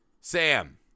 Sam